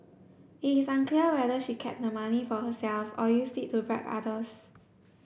it is unclear whether she kept the money for herself or used it to bribe others